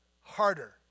Harder